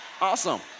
Awesome